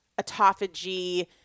autophagy